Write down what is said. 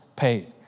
paid